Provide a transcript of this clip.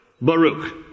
baruch